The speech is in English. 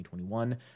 2021